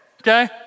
okay